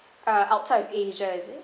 uh outside of asia is it